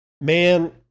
Man